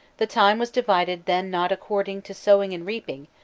the time was divided then not according to sowing and reaping,